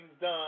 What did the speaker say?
done